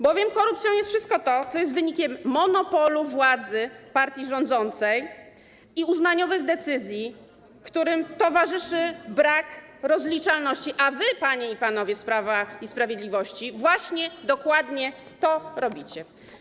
Bowiem korupcją jest wszystko to, co jest wynikiem monopolu władzy partii rządzącej i uznaniowych decyzji, którym towarzyszy brak rozliczalności, a wy, panie i panowie z Prawa i Sprawiedliwości, właśnie dokładnie to robicie.